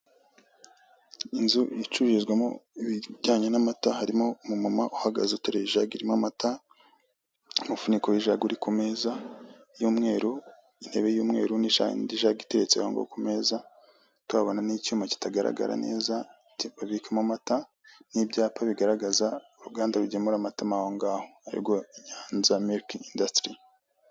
Inzu icururizwamo ibijyanye n'amata harimo umumama uhagaze uteruye ijage irimo amata, umufuniko w'ijage uri kumeza y'umweru, intebe y'umweru n'indi jage iteretse aho ngaho ku meza, tuhabona n'icyuma kitagaragara neza babikamo amata, n'ibyapa bigaragaza uruganda rugemura amata aho ngaho ari rwo Inyanza milike indasitiri.